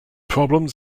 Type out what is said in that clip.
problems